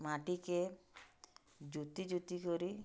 ମାଟିକେ ଜୁତି ଜୁତି କରି